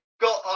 got